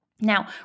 Now